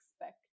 expect